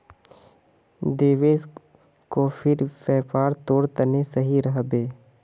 देवेश, कॉफीर व्यापार तोर तने सही रह बे